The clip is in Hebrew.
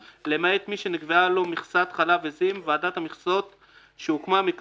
למעט מגדל פטם שהוא גם בעל מכסה ומתקיימים לגביו התנאים